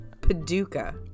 Paducah